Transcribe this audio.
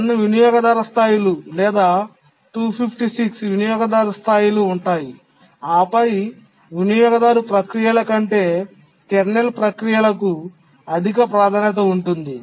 N వినియోగదారు స్థాయిలు లేదా 256 వినియోగదారు స్థాయిలు ఉన్నాయి ఆపై వినియోగదారు ప్రక్రియల కంటే కెర్నల్ ప్రక్రియలకు అధిక ప్రాధాన్యత ఉంటుంది